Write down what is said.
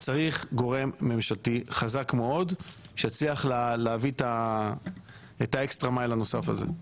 צריך גורם ממשלתי חזק מאוד שיצליח להביא את האקסטרה מייל הנוסף הזה.